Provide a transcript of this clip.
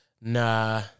Nah